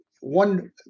One